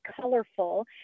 colorful